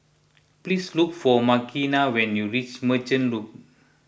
please look for Makena when you reach Merchant Loop